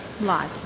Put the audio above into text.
lots